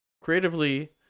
creatively